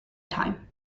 time